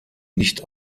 nicht